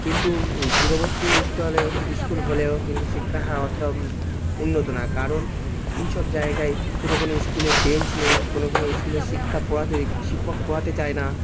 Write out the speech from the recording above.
কিন্তু দূরবর্তী স্থলে স্কুল হলেও কিন্তু শিক্ষার হার অতটাও উন্নত না কারণ এই সব জায়গায় কোনো কোনো স্কুলে বেঞ্চ নেই কোনো কোনো স্কুলে শিক্ষা পড়াতে শিক্ষক পড়াতে চায় না